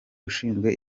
ushinzwe